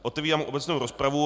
Otevírám obecnou rozpravu.